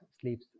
sleeps